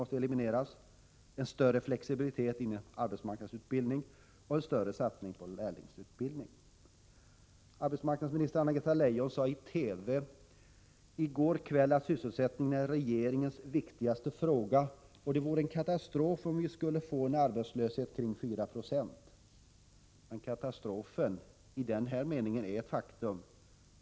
Det behövs större flexibilitet inom arbetsmarknadsutbildningen och en större satsning på lärlingsutbildning. Arbetsmarknadsministern Anna-Greta Leijon sade i TV i går kväll att sysselsättningen är den viktigaste frågan för regeringen. Det vore en katastrof om vi skulle få en arbetslöshet som ligger kring 4 90. Men i det avseendet är katastrofen redan ett faktum.